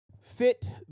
fit